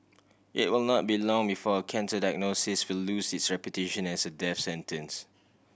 it will not be long before a cancer diagnosis will lose its reputation as a death sentence